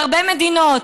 להרבה מדינות.